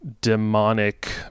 demonic